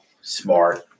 Smart